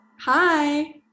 hi